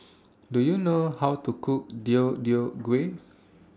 Do YOU know How to Cook Deodeok Gui